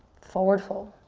forward fold.